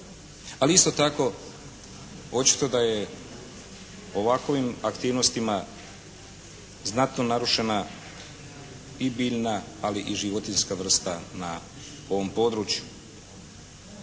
Ali isto tako očito da je ovakovim aktivnostima znatno narušena i biljna, ali i životinjska vrsta na ovom području.